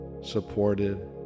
supported